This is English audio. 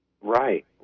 Right